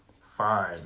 fine